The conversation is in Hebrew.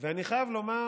אני חייב לומר